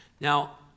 Now